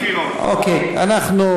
היא הפקירה אותם.